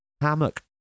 Hammock